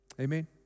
Amen